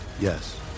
Yes